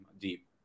deep